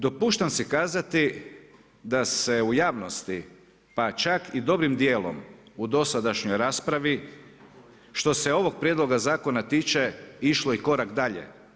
Dopuštam si kazati da se u javnosti pa čak i dobrim djelom u dosadašnjoj raspravi što se ovog prijedloga zakona tiče, išlo i korak dalje.